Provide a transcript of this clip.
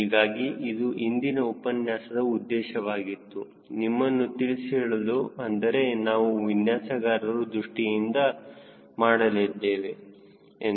ಹೀಗಾಗಿ ಇದು ಇಂದಿನ ಉಪನ್ಯಾಸದ ಉದ್ದೇಶವಾಗಿತ್ತು ನಿಮ್ಮನ್ನು ತಿಳಿಸಿ ಹೇಳಲು ಅಂದರೆ ನಾವು ವಿನ್ಯಾಸಗಾರರ ದೃಷ್ಟಿಯಿಂದ ಮಾಡಲಿದ್ದೇವೆ ಎಂದು